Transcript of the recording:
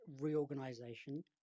reorganization